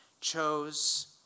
chose